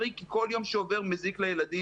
יש לזה משמעות.